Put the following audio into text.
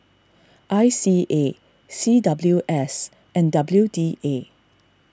I C A C W S and W D A